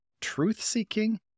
truth-seeking